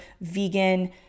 vegan